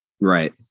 Right